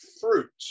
fruit